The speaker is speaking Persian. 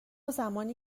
زمانی